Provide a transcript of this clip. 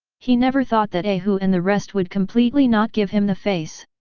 he never thought that a hu and the rest would completely not give him the face.